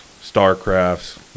Starcrafts